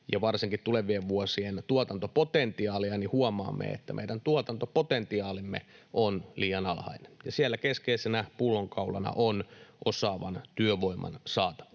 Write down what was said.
ja varsinkin tulevien vuosien tuotantopotentiaalia, niin huomaamme, että meidän tuotantopotentiaalimme on liian alhainen. Siellä keskeisenä pullonkaulana on osaavan työvoiman saatavuus.